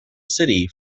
city